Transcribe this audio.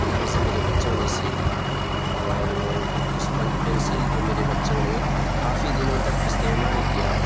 لفظ میرے بچوں نے سیکھا اور وہ اس پنسل کو میرے بچوں نے کافی دنوں تک استعمال کیا